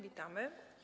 Witamy.